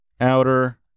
outer